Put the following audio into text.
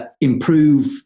improve